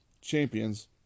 champions